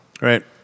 Right